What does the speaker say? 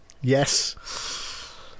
Yes